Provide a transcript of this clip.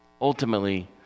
Ultimately